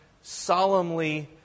solemnly